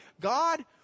God